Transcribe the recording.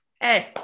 Hey